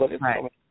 right